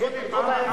זאת האמת.